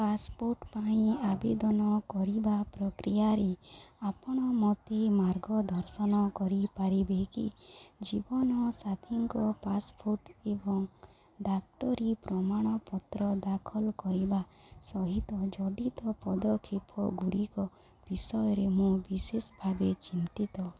passport ପାଇଁ ଆବେଦନ କରିବା ପ୍ରକ୍ରିୟାରେ ଆପଣ ମୋତେ ମାର୍ଗଦର୍ଶନ କରିପାରିବେ କି ଜୀବନସାଥୀଙ୍କ ପାସପୋର୍ଟ ଏବଂ ଡାକ୍ତରୀ ପ୍ରମାଣପତ୍ର ଦାଖଲ କରିବା ସହିତ ଜଡ଼ିତ ପଦକ୍ଷେପଗୁଡ଼ିକ ବିଷୟରେ ମୁଁ ବିଶେଷ ଭାବେ ଚିନ୍ତିତ